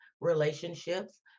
relationships